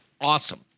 awesome